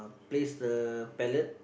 place the palette